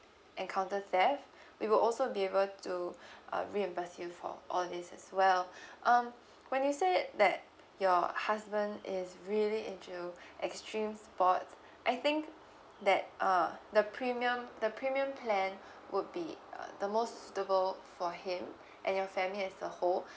encounter theft we will also be able to uh reimburse you for all this as well um when you said that your husband is really into extreme sport I think that uh the premium the premium plan would be uh the most suitable for him and your family as the whole